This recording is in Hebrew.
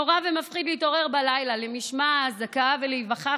נורא ומפחיד להתעורר בלילה למשמע האזעקה ולהיווכח